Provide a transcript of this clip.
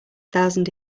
thousand